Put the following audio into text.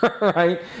Right